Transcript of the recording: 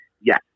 yes